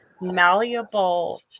malleable